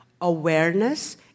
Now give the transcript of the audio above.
Awareness